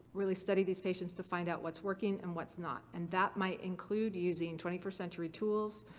really study these patients to find out what's working and what's not, and that might include using twenty first century tools,